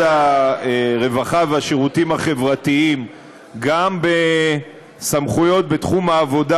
הרווחה והשירותים החברתיים גם בסמכויות בתחום העבודה